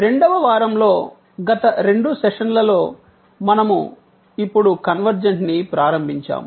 రెండవ వారంలో గత రెండు సెషన్లలో మనము ఇప్పుడు కన్వర్జెంట్ ని ప్రారంభించాము